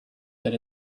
that